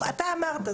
אתה אמרת,